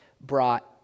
brought